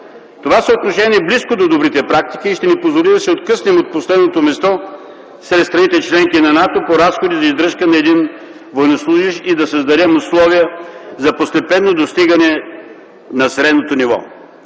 Това съотношение е близко до добрите практики и ще ни позволи да се откъснем от последното място сред страните – членки на НАТО, по разходи за издръжка на един военнослужещ и да създадем условия за постепенно достигане на средното ниво.